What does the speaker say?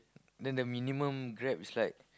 then the minimum Grab is like